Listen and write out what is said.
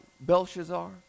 Belshazzar